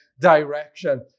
direction